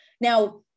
Now